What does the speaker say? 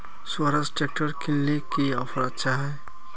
Swaraj tractor किनले की offer अच्छा?